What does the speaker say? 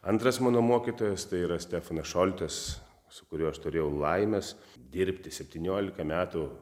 antras mano mokytojas tai yra stefanas šoltas su kuriuo aš turėjau laimės dirbti septyniolika metų